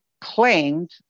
claimed